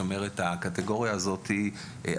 הגיל.